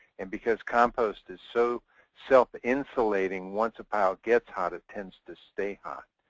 and because composting is so self-insulating, once a pile gets hot it tends to stay hot.